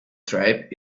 tribes